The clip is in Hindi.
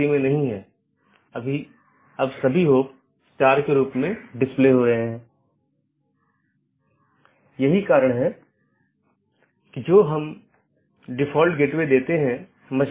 क्योंकि पूर्ण मेश की आवश्यकता अब उस विशेष AS के भीतर सीमित हो जाती है जहाँ AS प्रकार की चीज़ों या कॉन्फ़िगरेशन को बनाए रखा जाता है